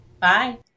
Bye